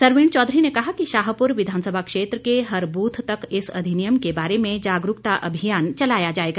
सरवीण चौधरी ने कहा कि शाहपुर विधानसभा क्षेत्र के हर बूथ तक इस अधिनियम के बारे में जागरूकता अभियान चलाया जाएगा